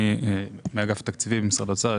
אני מאגף התקציבים במשרד האוצר.